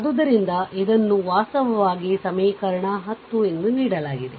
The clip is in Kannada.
ಆದ್ದರಿಂದ ಇದನ್ನು ವಾಸ್ತವವಾಗಿ ಸಮೀಕರಣ 10 ಎಂದು ನೀಡಲಾಗಿದೆ